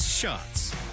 Shots